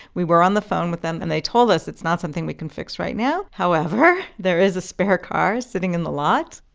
we were on the phone with them, and they told us, it's not something we can fix right now, however there is a spare car sitting in the lot,